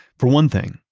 for one thing,